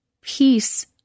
Peace